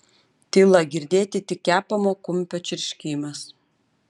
tyla girdėti tik kepamo kumpio čirškimas